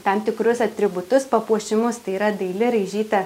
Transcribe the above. tam tikrus atributus papuošimus tai yra daili raižyta